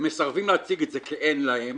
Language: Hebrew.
ומסרבים להציג את זה כי אין להם,